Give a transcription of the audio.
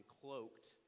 cloaked